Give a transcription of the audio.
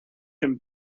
him